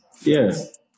Yes